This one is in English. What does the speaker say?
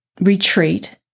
retreat